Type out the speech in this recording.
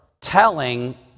telling